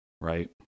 right